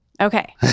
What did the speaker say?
Okay